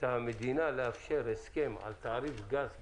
המדינה לאפשר הסכם על תעריף גז גבוה?